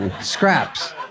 Scraps